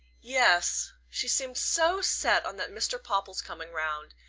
yes. she seemed so set on that mr. popple's coming round.